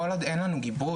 אך, כל עוד אין לנו גיבוי,